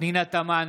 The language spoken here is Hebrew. פנינה תמנו,